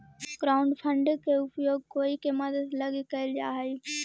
crowdfunding के उपयोग कोई के मदद लगी कैल जा हई